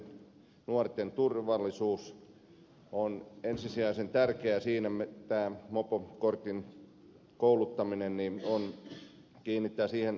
mopoilevien nuorten turvallisuus on ensisijaisen tärkeää ja mopokorttikouluttamiseen on tärkeää kiinnittää huomiota